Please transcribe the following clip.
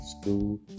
school